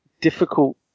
difficult